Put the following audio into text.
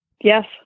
Yes